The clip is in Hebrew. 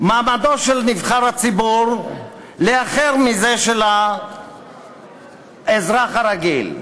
מעמדו של נבחר הציבור לאחר מזה של האזרח הרגיל.